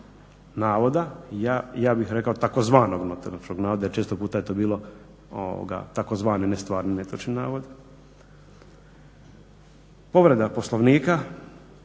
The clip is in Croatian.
navoda, ja bih rekao tzv. netočnog navoda, često je to bilo tzv. nestvarni netočni navod. Povreda poslovnika